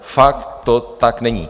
Fakt to tak není.